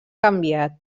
canviat